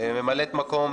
שלושה ממלאי מקום,